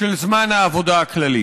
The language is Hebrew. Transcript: של זמן העבודה הכללי.